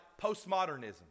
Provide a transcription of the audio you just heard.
postmodernism